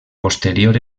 posterior